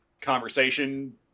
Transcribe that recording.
conversation